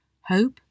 Hope